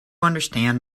understand